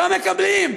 לא מקבלים,